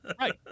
Right